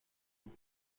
vous